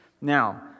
Now